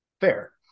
fair